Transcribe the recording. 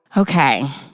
Okay